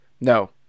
No